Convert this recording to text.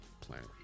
planet